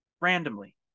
randomly